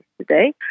today